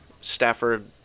Stafford